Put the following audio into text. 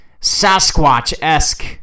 sasquatch-esque